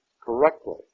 correctly